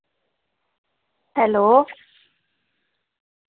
hello